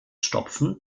stopfen